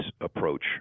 approach